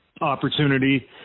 opportunity